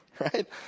Right